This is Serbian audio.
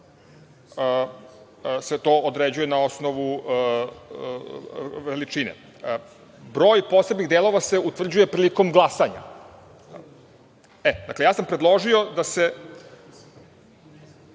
se to određuje na osnovu veličine. Broj posebnih delova se utvrđuje prilikom glasanja. Dakle, ja sam predložio da se